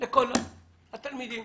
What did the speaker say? לכל התלמידים,